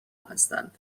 هستند